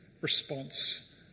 response